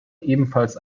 ebenfalls